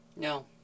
No